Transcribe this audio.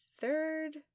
third